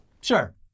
Sure